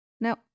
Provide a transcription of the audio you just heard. Now